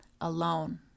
alone